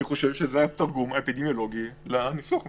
זה התרגום האפידמיולוגי לניסוח המשפטי.